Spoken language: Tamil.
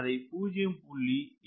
75 or 0